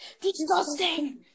Disgusting